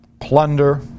plunder